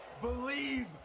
believe